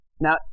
Now